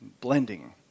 blending